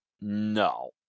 No